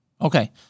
Okay